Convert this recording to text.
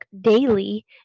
daily